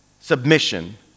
submission